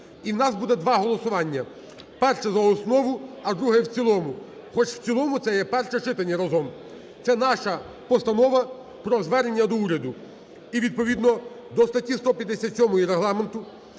І в нас буде два голосування. Перше – за основу, а друге – в цілому, хоч в цілому – це є перше читання разом. Це наша постанова про звернення до уряду. І відповідно до статті 157 Регламенту